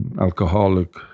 alcoholic